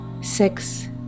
Six